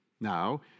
Now